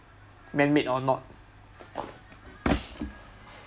man made or not